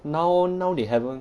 now now they haven't